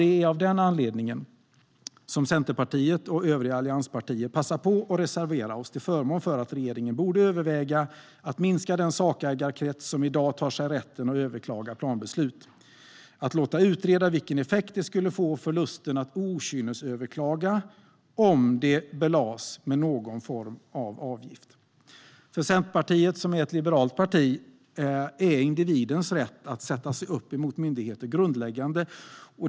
Det är av den anledningen vi i Centerpartiet och övriga allianspartier passar på att reservera oss till förmån för att regeringen borde överväga att minska den sakägarkrets som i dag tar sig rätten att överklaga planbeslut. Det handlar om att låta utreda vilken effekt det skulle få för lusten att okynnesöverklaga om det belades med någon form av avgift. För Centerpartiet, som är ett liberalt parti, är individens rätt att sätta sig upp mot myndigheter grundläggande.